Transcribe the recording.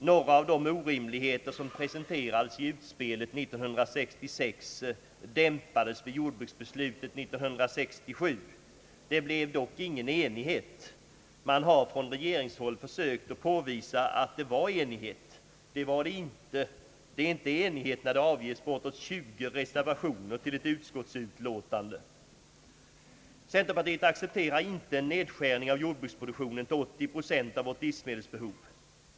Några av de orimligheter som presenterades i utspelet 1966 dämpades vid jordbruksbeslutet 1967. Det blev dock ingen enighet. Man har från regeringshåll försökt påvisa att det var enighet. Det var det inte. Det är inte enighet när det avges bortåt 20 reservationer till ett utskottsutlåtande. Centerpartiet accepterar inte en nedskärning av jordbruksproduktionen till 80 procent av vårt livsmedelsbehov.